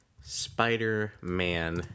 Spider-Man